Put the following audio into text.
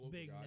big